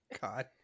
God